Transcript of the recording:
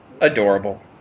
Adorable